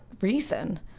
reason